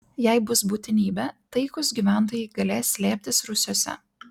jei bus būtinybė taikūs gyventojai galės slėptis rūsiuose